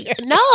no